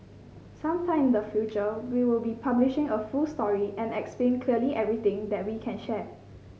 some time in the future we will be publishing a full story and explain clearly everything that we can share